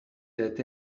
that